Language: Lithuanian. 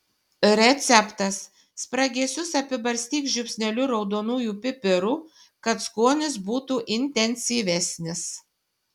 receptas spragėsius apibarstyk žiupsneliu raudonųjų pipirų kad skonis būtų intensyvesnis